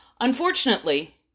Unfortunately